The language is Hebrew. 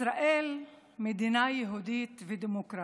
ישראל מדינה יהודית ודמוקרטית,